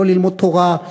ולא ללמוד תורה,